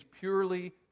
purely